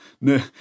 no